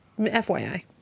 FYI